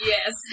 Yes